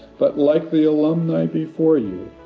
but like the alumni before you,